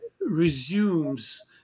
resumes